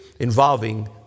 involving